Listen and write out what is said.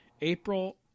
April